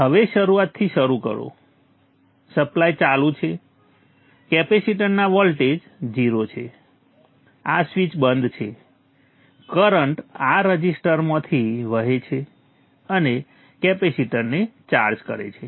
હવે શરૂઆતથી શરૂ કરો સપ્લાય ચાલુ છે કેપેસિટરના વોલ્ટેજ 0 છે આ સ્વીચ બંધ છે કરંટ આ રઝિસ્ટરમાંથી વહે છે અને કેપેસિટરને ચાર્જ કરે છે